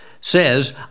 says